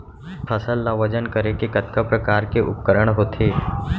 फसल ला वजन करे के कतका प्रकार के उपकरण होथे?